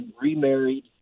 remarried